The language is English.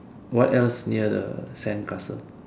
what else near the sandcastle